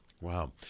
Wow